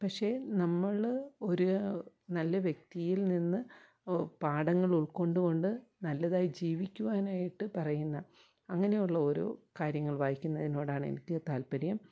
പക്ഷെ നമ്മൾ ഒരു നല്ല വ്യക്തിയിൽ നിന്ന് പാടങ്ങളുൾക്കൊണ്ടു കൊണ്ട് നല്ലതായി ജീവിക്കുവാനായിട്ട് പറയുന്ന അങ്ങനെയുള്ള ഓരോ കാര്യങ്ങൾ വായിക്കുന്നതിനോടാണെനിക്ക് താത്പര്യം